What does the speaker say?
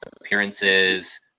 appearances